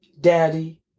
daddy